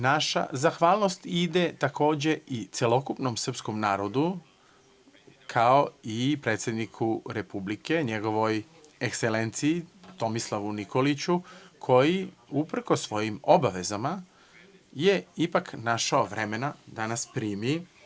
Naša zahvalnost ide takođe i celokupnom srpskom narodu, kao i predsedniku Republike, Njegovoj Ekselenciji Tomislavu Nikoliću koji uprkos svojim obavezama je ipak našao vremena da nas primi.